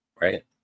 Right